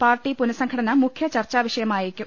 party പുനഃസംഘടന മുഖ്യചർച്ചാവിഷയമായേക്കും